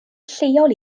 lleol